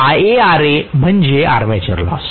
professor IaRa म्हणजे armature loss